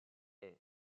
ève